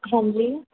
ਹਾਂਜੀ